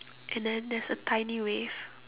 and then there's a tiny wave